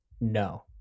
no